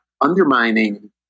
undermining